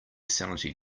sanity